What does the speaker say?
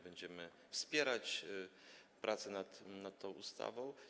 Będziemy wspierać pracę nad tą ustawą.